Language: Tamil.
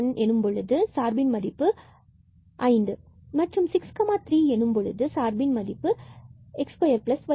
2 1 பொழுது சார்பின் மதிப்பு 5 மற்றும்63 எனும் பொழுது நாம் x2y2